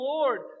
Lord